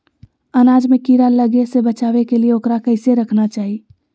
अनाज में कीड़ा लगे से बचावे के लिए, उकरा कैसे रखना चाही?